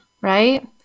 right